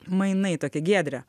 mainai tokie giedre